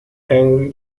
henri